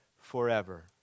forever